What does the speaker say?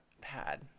Pad